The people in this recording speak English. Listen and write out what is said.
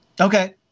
Okay